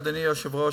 אדוני היושב-ראש,